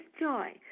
joy